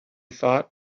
thought